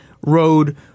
road